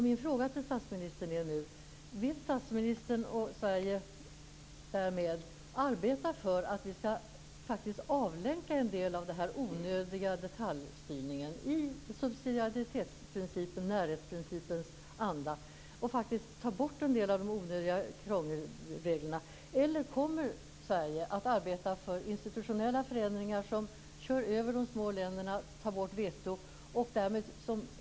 Min fråga till statsministern är nu: Vill statsministern, och därmed Sverige, arbeta för att vi faktiskt skall avlänka en del av den onödiga detaljstyrningen i subsidiaritetsprincipens, närhetsprincipens, anda och faktiskt ta bort en del av de onödiga krångelreglerna? Eller kommer Sverige att arbeta för institutionella förändringar som kör över de små länderna och tar bort veto?